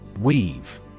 Weave